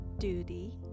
duty